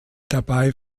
dabei